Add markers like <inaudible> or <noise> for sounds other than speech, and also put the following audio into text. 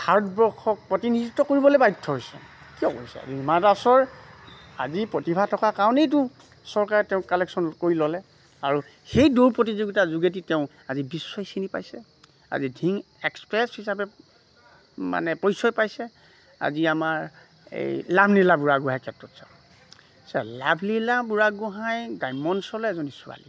ভাৰতবৰ্ষক প্ৰতিনিধিত্ব কৰিবলৈ বাধ্য হৈছে কিয় কৰিছে হিমা দাসৰ আজি প্ৰতিভা থকা কাৰণেইতো চৰকাৰে তেওঁ <unintelligible> কৰি ল'লে আৰু সেই দৌৰ প্ৰতিযোগিতাৰ যোগেদি তেওঁক আজি বিশ্বই চিনি পাইছে আজি ধিং এক্সপ্ৰেছ হিচাপে মানে পৰিচয় পাইছে আজি আমাৰ এই লাভলীনা বুঢ়াগোঁহাইৰ ক্ষেত্ৰত চাওক লাভলীনা বুঢ়াগোঁহাই গ্ৰাম্য অঞ্চলৰ এজনী ছোৱালী